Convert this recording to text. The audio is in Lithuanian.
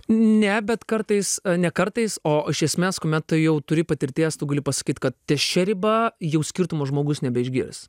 ne bet kartais ne kartais o iš esmės kuomet tu jau turi patirties tu gali pasakyt kad ties šia riba jau skirtumų žmogus nebeišgirs